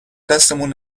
دستمون